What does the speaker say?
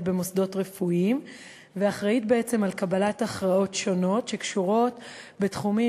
במוסדות רפואיים ואחראית בעצם לקבלת הכרעות שונות שקשורות בתחומים